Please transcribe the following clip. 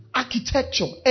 architecture